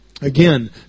again